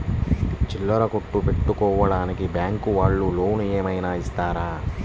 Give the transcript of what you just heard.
చిల్లర కొట్టు పెట్టుకోడానికి బ్యాంకు వాళ్ళు లోన్ ఏమైనా ఇస్తారా?